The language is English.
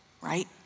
Right